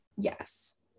yes